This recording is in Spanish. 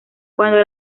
cuando